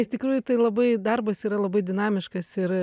iš tikrųjų tai labai darbas yra labai dinamiškas ir